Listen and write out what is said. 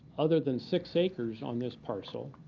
other than six acres on this parcel,